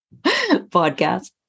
Podcast